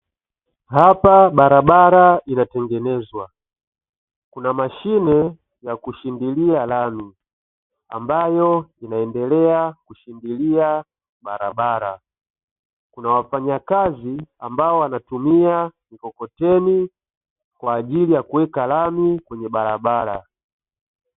Hapa barabara inatengenezwa, Kuna mashine ya kushindilia lami ambayo inaendelea kushindilia barabara, kuna wafanyakazi ambao wanatumia mikokoteni kwa ajili ya kuweka lami kwenye barabara.